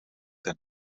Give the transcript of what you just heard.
ten